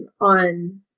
on